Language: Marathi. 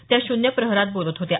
त्या शून्य प्रहरात बोलत होत्या